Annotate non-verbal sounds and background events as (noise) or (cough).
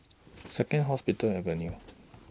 (noise) Second Hospital Avenue